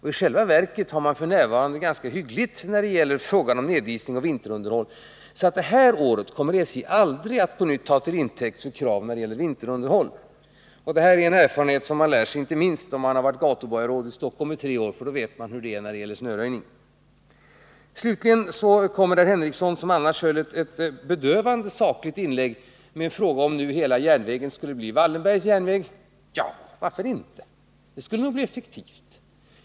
I själva verket har man det f. n. ganska hyggligt ställt när det gäller frågan om nedisning och vinterunderhåll — så det här året kommer SJ aldrig att ta väderleksförhållanderna till intäkt för krav när det gäller vinterunderhåll. Det här är en erfarenhet som man lär sig av, inte minst om man har varit gatuborgarråd i tre år. Då vet man nämligen hur det är när det gäller snöröjning. Slutligen kommer Sven Henricsson, som i övrigt gjorde ett bedövande sakligt inlägg, med frågan om hela järnvägen nu skulle bli Wallenbergs järnväg. Ja, varför inte — det skulle nog bli effektivt.